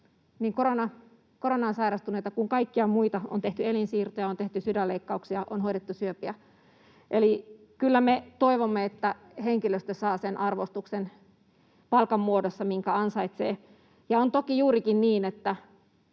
koronaan sairastuneita kuin kaikkia muita. On tehty elinsiirtoja, on tehty sydänleikkauksia, on hoidettu syöpiä. Eli kyllä me toivomme, että henkilöstö saa palkan muodossa sen arvostuksen, minkä ansaitsee. Ja on toki juurikin niin,